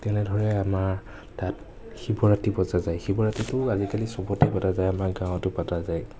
তেনেদৰে আমাৰ তাত শিৱৰাত্ৰী পতা যায় শিৱৰাত্ৰীটো আজিকালি চবতে পতা যায় আমাৰ গাঁৱতো পতা যায়